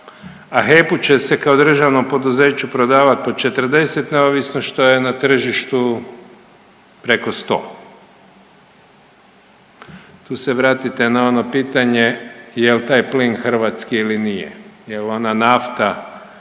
a HEP-u će se kao državnom poduzeću prodavat po 40 neovisno što je na tržištu preko 100. Tu se vratite na ono pitanje jel taj plin hrvatski ili nije, jel ona nafta